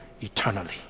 eternally